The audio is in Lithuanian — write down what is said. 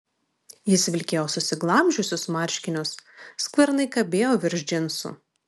jis vilkėjo susiglamžiusius marškinius skvernai kabėjo virš džinsų